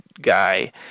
guy